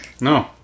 no